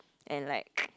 and like say no